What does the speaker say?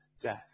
death